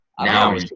Now